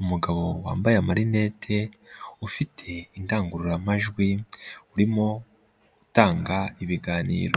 umugabo wambaye amarinete, ufite indangururamajwi, urimo utanga ibiganiro.